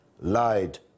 lied